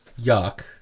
Yuck